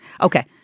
Okay